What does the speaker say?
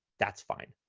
that's fine.